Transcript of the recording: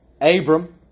Abram